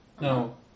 No